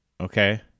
Okay